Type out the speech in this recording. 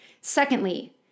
Secondly